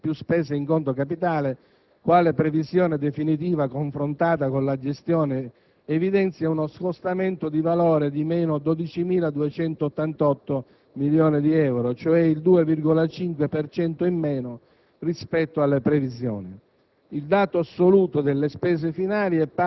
Il raffronto del dato di spesa finale (cioè spese correnti più spese in conto capitale), quale previsione definitiva confrontata con la gestione, evidenzia uno scostamento di valore di -12.288 milioni di euro, cioè il 2,5 per cento